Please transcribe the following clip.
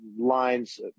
lines